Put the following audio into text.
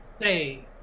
say